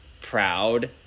proud